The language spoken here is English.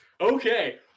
Okay